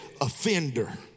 offender